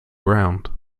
round